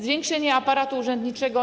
Zwiększenie aparatu urzędniczego.